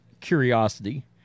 curiosity